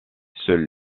seuls